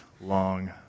long